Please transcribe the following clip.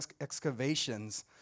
excavations